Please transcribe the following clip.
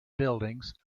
buildings